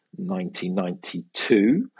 1992